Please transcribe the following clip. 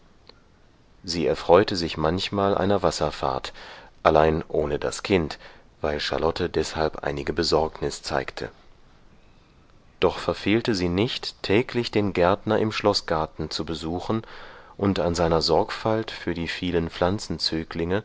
sie erfreute sich manchmal einer wasserfahrt allein ohne das kind weil charlotte deshalb einige besorgnis zeigte doch verfehlte sie nicht täglich den gärtner im schloßgarten zu besuchen und an seiner sorgfalt für die vielen